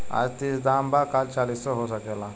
आज तीस दाम बा काल चालीसो हो सकेला